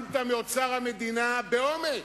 שמת מאוצר המדינה, באומץ,